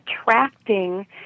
attracting